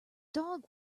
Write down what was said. dog